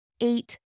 eight